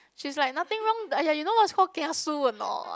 she's like nothing wrong !aiya! you know what is called kiasu or not